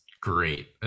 great